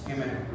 Amen